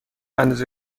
اندازه